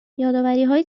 یادآوریهای